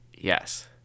yes